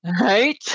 Right